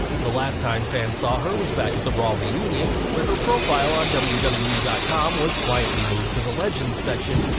the last time fans saw her, was back at the raw reunion, where her profile on wwe wwe dot com was quietly moved to the legends section,